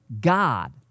God